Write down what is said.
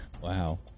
Wow